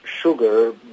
sugar